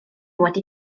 wedi